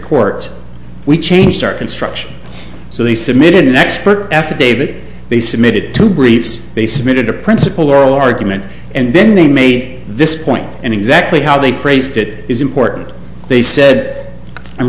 court we changed our construction so they submitted an expert affidavit they submitted to briefs they submitted a principal oral argument and then they made this point and exactly how they phrased it is important they said i'm